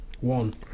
One